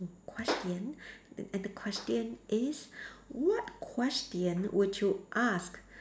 question and the question is what question would you ask